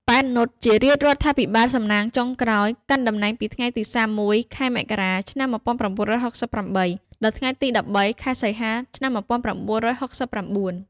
ប៉ែន នុត ជារាជរដ្ឋាភិបាលសំណាងចុងក្រោយ កាន់តំណែងពីថ្ងៃទី ៣១ ខែមករា ឆ្នាំ១៩៦៨ ដល់ថ្ងៃទី ១៣ ខែសីហា ឆ្នាំ១៩៦៩។